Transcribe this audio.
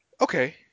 Okay